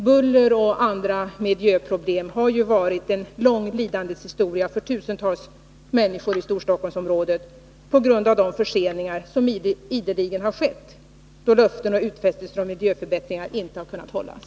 Buller och andra miljöproblem har varit en lång lidandets historia för tusentals människor i Storstockholmsområdet på grund av de förseningar som ideligen har skett till följd av att löften om miljöförbättringar inte har kunnat hållas.